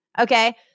okay